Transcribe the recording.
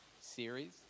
series